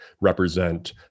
represent